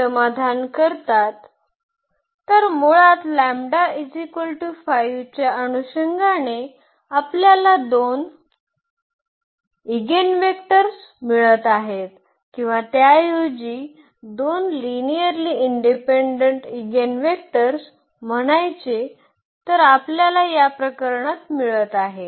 तर मुळात च्या अनुषंगाने आपल्याला 2 ईगेनवेक्टर मिळत आहेत किंवा त्याऐवजी 2 लिनिअर्ली इंडिपेंडंट ईगेनवेक्टर्स म्हणायचे तर आपल्याला या प्रकरणात मिळत आहे